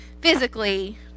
physically